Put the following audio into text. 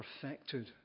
perfected